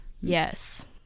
Yes